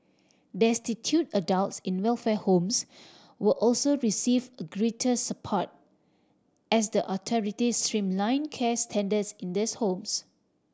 destitute adults in welfare homes will also receive a greater support as the authorities streamline care standards in these homes